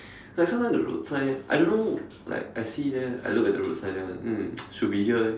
it's like sometime the road sign I don't know like I see then I look at the road sign then I mm should be here leh